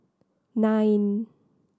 nine